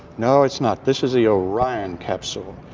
no, it's not. this is the orion capsule.